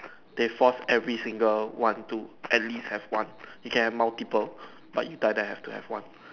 they force every single one to at least have one you can have multiple but you die die have to have one